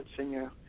Seigneur